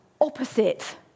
opposite